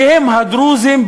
שהם הדרוזים,